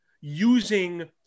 using